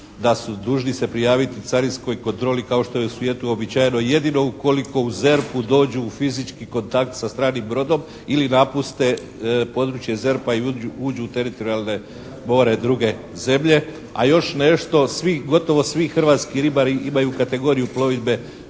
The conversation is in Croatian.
da su dužni se prijaviti carinskoj kontroli kao što je u svijetu uobičajeno i jedino ukoliko u ZERP-u dođu u fizički kontakt sa stranim brodom ili napuste područje ZERP-a i uđu u teritorijalno more druge zemlje. A još nešto, svi gotovo svi hrvatski ribari imaju kategoriju plovidbe